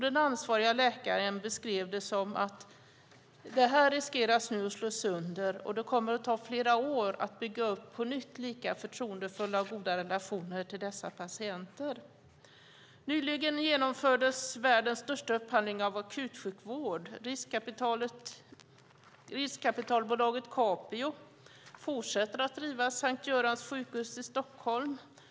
Den ansvariga läkaren beskrev det som att detta nu riskeras att slå sönder och att det kommer att ta flera år att på nytt bygga upp lika förtroendefulla och goda relationer till dessa patienter. Nyligen genomfördes världens största upphandling av akutsjukvård. Riskkapitalbolaget Capio fortsätter att driva Sankt Görans sjukhus i Stockholm.